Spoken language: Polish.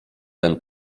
ten